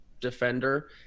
defender